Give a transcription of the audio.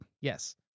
Yes